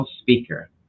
speaker